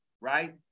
right